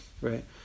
right